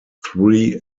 three